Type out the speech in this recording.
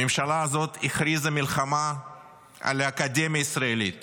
הממשלה הזאת הכריזה מלחמה על האקדמיה הישראלית